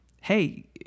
Hey